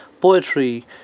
Poetry